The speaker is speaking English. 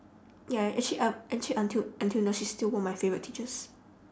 ya actually uh actually until until now she's still one of my favourite teachers